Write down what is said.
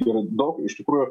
jau daug iš tikrųjų